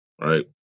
right